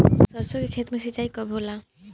सरसों के खेत मे सिंचाई कब होला?